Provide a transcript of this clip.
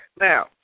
Now